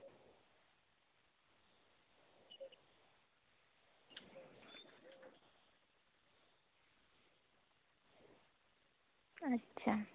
ᱟᱪᱪᱷᱟ